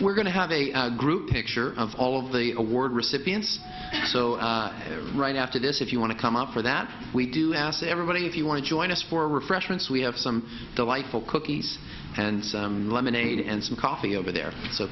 we're going to have a group picture of all of the award recipients so right after this if you want to come up for that we do ask everybody if you want to join us for refreshments we have some delightful cookies and some lemonade and some coffee over there so